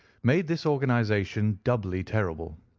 made this organization doubly terrible.